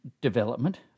development